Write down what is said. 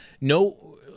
No